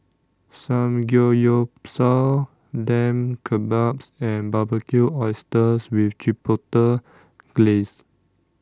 Samgeyopsal Lamb Kebabs and Barbecued Oysters with Chipotle Glaze